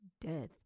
death